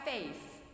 faith